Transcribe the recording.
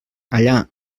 allà